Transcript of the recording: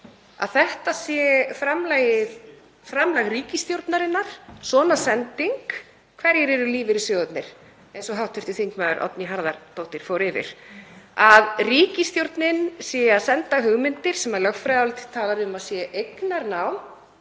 að þetta sé framlag ríkisstjórnarinnar, svona sending, hverjir eru lífeyrissjóðirnir, eins og hv. þm. Oddný G. Harðardóttir fór yfir, að ríkisstjórnin sé að senda hugmyndir sem lögfræðiálitið talar um að sé eignarnám